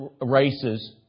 races